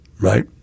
Right